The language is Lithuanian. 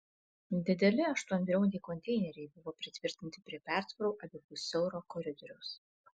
dideli aštuonbriauniai konteineriai buvo pritvirtinti prie pertvarų abipus siauro koridoriaus